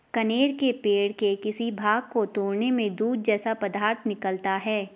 कनेर के पेड़ के किसी भाग को तोड़ने में दूध जैसा पदार्थ निकलता है